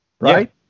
Right